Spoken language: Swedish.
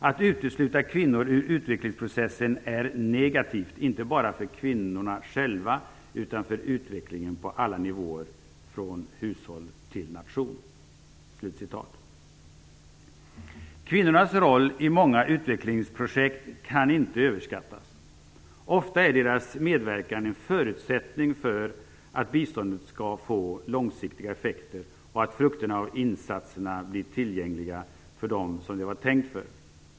Att utesluta kvinnor ur utvecklingsprocessen är negativt, inte bara för kvinnorna själva utan för utvecklingen på alla nivåer, från hushållet till nationen." Kvinnornas roll i många utvecklingsprojekt kan inte överskattas. Ofta är deras medverkan en förutsättning för att biståndet skall få långsiktiga effekter och att frukterna av insatserna blir tillgängliga för dem som de var tänkta för.